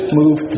move